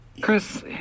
Chris